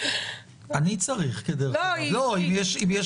אני מניח